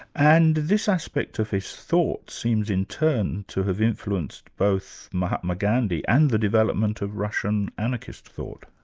and this aspect of his thoughts seems in turn to have influenced both mahatma gandhi and the development of russian anarchist thought.